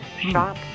shop